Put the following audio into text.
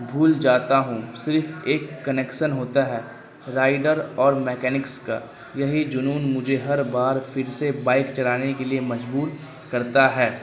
بھول جاتا ہوں صرف ایک کنیکشن ہوتا ہے رائڈر اور میکینکس کا یہی جنون مجھے ہر بار پھر سے بائک چلانے کے لیے مجبور کرتا ہے